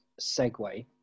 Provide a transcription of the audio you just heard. segue